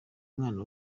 mwana